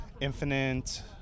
Infinite